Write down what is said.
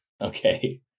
Okay